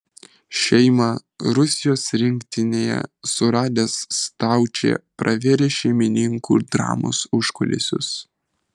šeimą rusijos rinktinėje suradęs staučė pravėrė šeimininkų dramos užkulisius